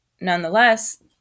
nonetheless